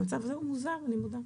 המצב הזה הוא מוזר, אני מודה.